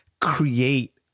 create